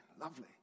Lovely